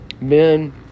men